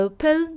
Open